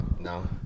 No